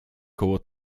koło